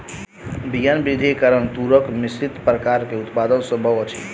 विज्ञान वृद्धि के कारण तूरक मिश्रित प्रकार के उत्पादन संभव अछि